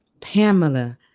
Pamela